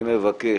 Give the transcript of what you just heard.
אני מבקש,